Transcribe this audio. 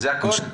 זה הכל?